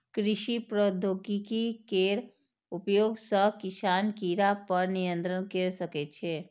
कृषि प्रौद्योगिकी केर उपयोग सं किसान कीड़ा पर नियंत्रण कैर सकै छै